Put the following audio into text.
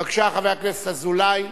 בבקשה, חבר הכנסת אזולאי.